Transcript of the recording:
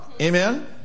Amen